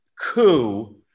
Coup